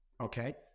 okay